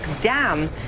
dam